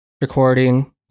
recording